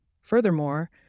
Furthermore